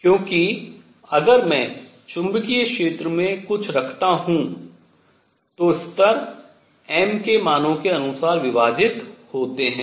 क्योंकि अगर मैं चुंबकीय क्षेत्र में कुछ रखता हूँ तो स्तर m के मानों के अनुसार विभाजित होते हैं